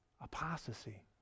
Apostasy